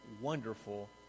wonderful